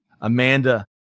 amanda